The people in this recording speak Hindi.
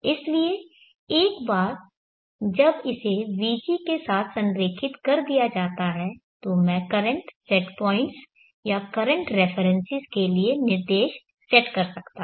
इसलिए एक बार जब इसे vg के साथ संरेखित कर दिया जाता है तो मैं करंट सेट पॉइंट्स या करंट रेफरेन्सेस के लिए निर्देश सेट कर सकता हूं